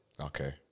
Okay